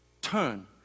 turn